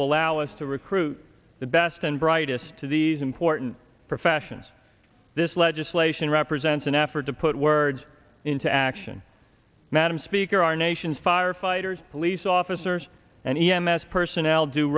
will allow us to recruit the best and brightest to these important professions this legislation represents an effort to put words into action madam speaker our nation's firefighters police officers and e m f personnel do